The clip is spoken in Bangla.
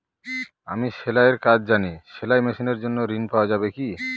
আমি সেলাই এর কাজ জানি সেলাই মেশিনের জন্য ঋণ পাওয়া যাবে কি?